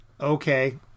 Okay